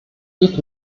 geht